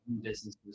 businesses